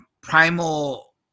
primal